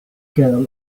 girl